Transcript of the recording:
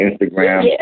Instagram